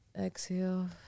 exhale